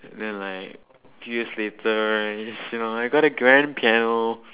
and then like few years later you know I got a grand piano